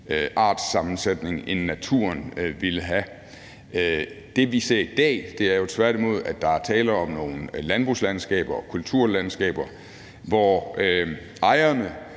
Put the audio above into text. artssammensætning, end naturen ville have. Det, vi ser i dag, er tværtimod, at der er tale om nogle landbrugslandskaber og kulturlandskaber, hvor ejerne